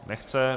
Nechce.